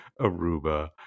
Aruba